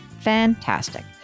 Fantastic